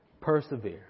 Persevere